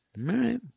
right